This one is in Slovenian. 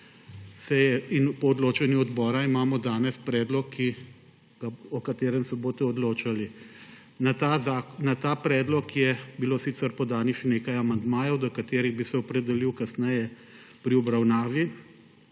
in po odločanju na odboru imamo danes predlog, o katerem se boste odločali. Na ta predlog je bilo sicer podanih še nekaj amandmajev, do katerih bi se opredelil kasneje pri obravnavi,